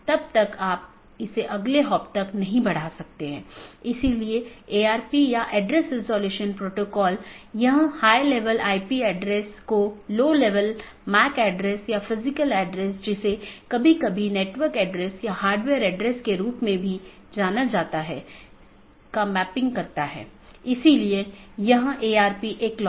यदि आप याद करें तो हमने एक पाथ वेक्टर प्रोटोकॉल के बारे में बात की थी जिसने इन अलग अलग ऑटॉनमस सिस्टम के बीच एक रास्ता स्थापित किया था